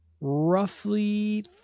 roughly